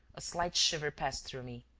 a slight shiver passed through me.